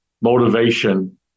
motivation